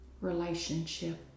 relationship